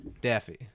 Daffy